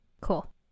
Cool